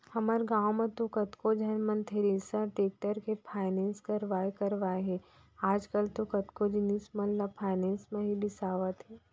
हमर गॉंव म तो कतको झन मन थेरेसर, टेक्टर के फायनेंस करवाय करवाय हे आजकल तो कतको जिनिस मन ल फायनेंस म ही बिसावत हें